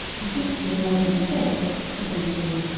i think you have made a mistake, said winterbourne.